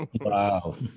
Wow